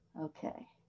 Okay